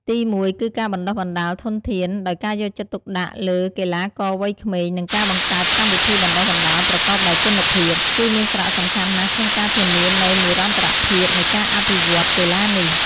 ទីមួយ គឺការបណ្ដុះបណ្ដាលធនធាន ដោយការយកចិត្តទុកដាក់លើកីឡាករវ័យក្មេង និងការបង្កើតកម្មវិធីបណ្ដុះបណ្ដាលប្រកបដោយគុណភាព គឺមានសារៈសំខាន់ណាស់ក្នុងការធានានូវនិរន្តរភាពនៃការអភិវឌ្ឍន៍កីឡានេះ។